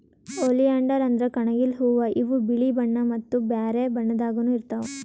oleander ಅಂದ್ರ ಕಣಗಿಲ್ ಹೂವಾ ಇವ್ ಬಿಳಿ ಬಣ್ಣಾ ಮತ್ತ್ ಬ್ಯಾರೆ ಬಣ್ಣದಾಗನೂ ಇರ್ತವ್